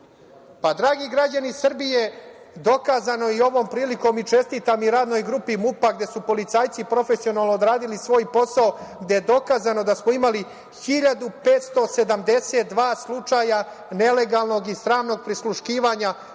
dragi građani Srbije dokazano je, i ovom prilikom čestitam i radnoj grupi MUP-a gde su policajci profesionalno odradili svoj posao, gde je dokazano da smo imali 1.572 slučaja nelegalnog i sramnog prisluškivanja